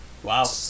Wow